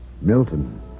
Milton